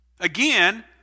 Again